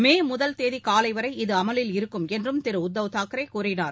மே முதல் தேதி காலை வரை இது அமலில் இருக்கும் என்றும் திரு உத்தவ் தாக்ரே கூறினார்